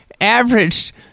averaged